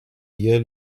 year